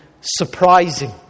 surprising